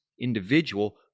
individual